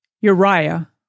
Uriah